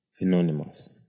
anonymous